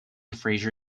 fraser